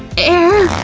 air!